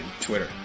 Twitter